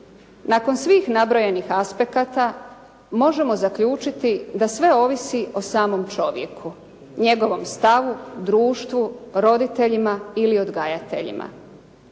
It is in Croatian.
Nakon svih nabrojenih aspekata možemo zaključiti da sve ovisi o samom čovjeku, njegovom stavu, društvu, roditeljima ili odgajateljima.